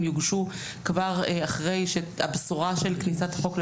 אם יוגשו כבר אחרי שהבשורה של כניסת החוק לתוקף,